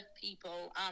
people